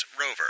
rover